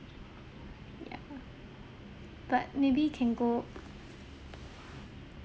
yeah but maybe can go